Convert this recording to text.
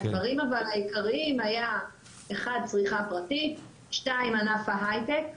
הדברים העיקריים היו 1. צריכה פרטית 2. ענף ההייטק,